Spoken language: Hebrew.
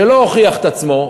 שלא הוכיח את עצמו,